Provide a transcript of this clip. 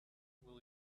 will